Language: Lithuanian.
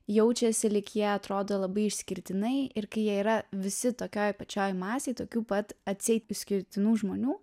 jaučiasi lyg jie atrodo labai išskirtinai ir kai jie yra visi tokioj pačioj masėj tokių pat atseit išskirtinų žmonių